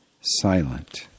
silent